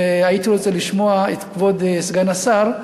והייתי רוצה לשמוע את כבוד סגן השר,